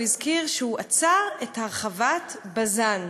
הוא הזכיר שהוא עצר את הרחבת בז"ן: